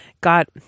got